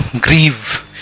grieve